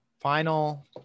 final